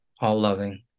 all-loving